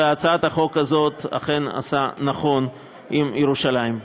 והצעת החוק הזאת אכן עושה נכון עם ירושלים.